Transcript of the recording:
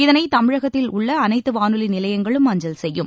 இதனை தமிழகத்தில் உள்ள அனைத்து வானொலி நிலையங்களும் அஞ்சல் செய்யும்